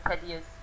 tedious